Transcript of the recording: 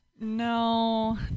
no